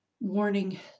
Warning